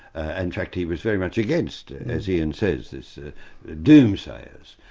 and fact he was very much against as ian says, these doomsayers.